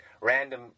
random